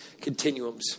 continuums